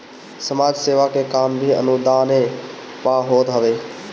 समाज सेवा के काम भी अनुदाने पअ होत हवे